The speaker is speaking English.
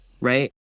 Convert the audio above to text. right